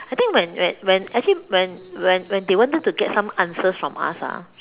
I think when when when actually when when when they wanted to get some answers from us ah